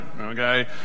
Okay